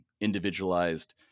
Individualized